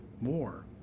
more